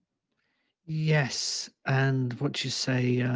yes and what you say